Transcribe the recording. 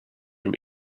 from